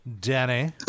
Danny